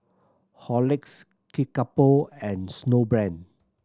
Horlicks Kickapoo and Snowbrand